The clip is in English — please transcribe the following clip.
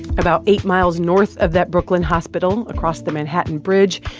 about eight miles north of that brooklyn hospital, across the manhattan bridge,